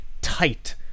tight